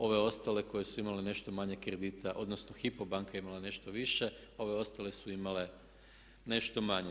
Ove ostale koje su imale nešto manje kredita, odnosno Hypo banka je imala nešto više, ove ostale su imale nešto manje.